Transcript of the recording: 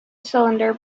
cylinder